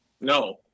No